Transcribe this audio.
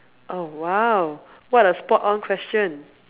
oh !wow! what a spot on question